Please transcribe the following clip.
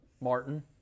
Martin